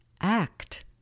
act